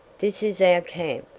this is our camp,